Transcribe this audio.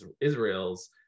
Israel's